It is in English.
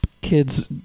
Kids